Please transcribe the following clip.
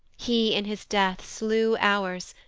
he in his death slew ours,